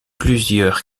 plusieurs